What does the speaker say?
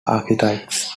archetypes